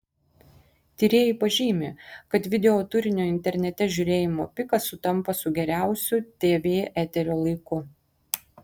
tyrėjai pažymi kad videoturinio internete žiūrėjimo pikas sutampa su geriausiu tv eterio laiku